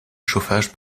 chauffage